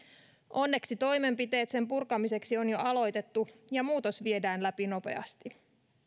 onneksi toimenpiteet sen purkamiseksi on jo aloitettu ja muutos viedään läpi nopeasti